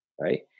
right